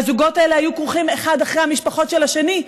והזוגות האלה היו כרוכים אחד אחרי המשפחה של השני,